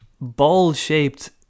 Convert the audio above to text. ball-shaped